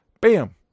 Bam